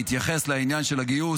התייחס לעניין של הגיוס,